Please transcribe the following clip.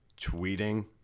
tweeting